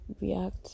react